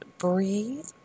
Breathe